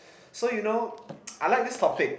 so you know I like this topic